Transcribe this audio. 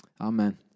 amen